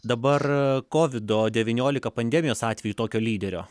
dabar kovido devyniolika pandemijos atveju tokio lyderio